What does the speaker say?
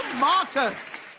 marcus.